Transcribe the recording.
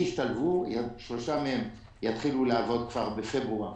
ישתלבו, שלושה מהם יתחילו לעבוד כבר בפברואר